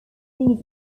leaders